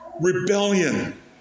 rebellion